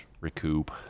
recoup